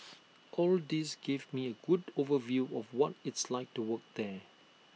all this gave me A good overview of what it's like to work there